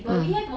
mm